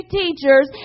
teachers